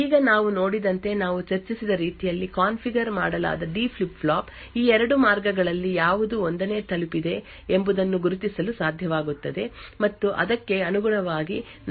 ಈಗ ನಾವು ನೋಡಿದಂತೆ ನಾವು ಚರ್ಚಿಸಿದ ರೀತಿಯಲ್ಲಿ ಕಾನ್ಫಿಗರ್ ಮಾಡಲಾದ ಡಿ ಫ್ಲಿಪ್ ಫ್ಲಾಪ್ ಈ 2 ಮಾರ್ಗಗಳಲ್ಲಿ ಯಾವುದು 1 ನೇ ತಲುಪಿದೆ ಎಂಬುದನ್ನು ಗುರುತಿಸಲು ಸಾಧ್ಯವಾಗುತ್ತದೆ ಮತ್ತು ಅದಕ್ಕೆ ಅನುಗುಣವಾಗಿ ನಾವು 0 ಮತ್ತು 1 ರ ನಡುವೆ ಬದಲಾಯಿಸಲು ಸಾಧ್ಯವಾಗುತ್ತದೆ